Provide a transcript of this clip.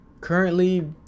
currently